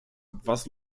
was